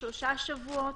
שלושה שבועות,